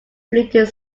bleated